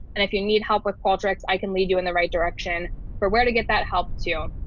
and if you need help with portraits, i can lead you in the right direction for where to get that help to